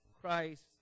Christ